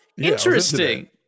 Interesting